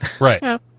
Right